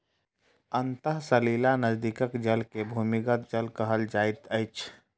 अंतः सलीला नदीक जल के भूमिगत जल कहल जाइत अछि